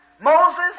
Moses